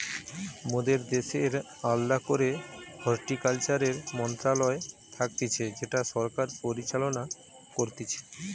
মোদের দ্যাশের আলদা করেই হর্টিকালচারের মন্ত্রণালয় থাকতিছে যেটা সরকার পরিচালনা করতিছে